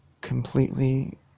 completely